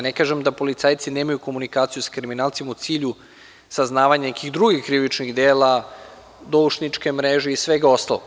Ne kažem da policajci nemaju komunikaciju sa kriminalcima u cilju saznavanja nekih drugih krivičnih dela, doušničke mreže i svega ostalog.